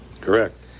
Correct